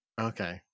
okay